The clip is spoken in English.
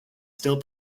still